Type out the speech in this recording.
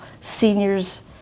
seniors